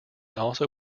also